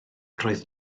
roedd